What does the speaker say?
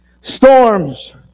Storms